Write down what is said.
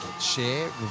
share